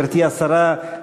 גברתי השרה,